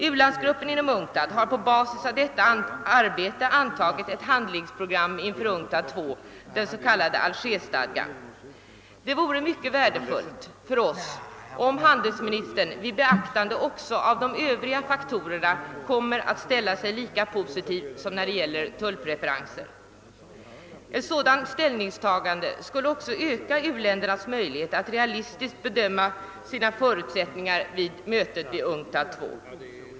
U-landsgruppen inom UNCTAD har på basis av detta arbete antagit ett handlingsprogram inför UNCTAD II, den så kallade Algerstadgan. Det vore mycket värdefullt för oss om handelsministern vid bedömningen av de övriga faktorerna ställer sig lika positiv som när det gäller tullpreferenser. Ett sådant ställningstagande skulle även öka u-ländernas möjligheter att realistiskt bedöma sina förutsättningar inför mötet vid UNCTAD II.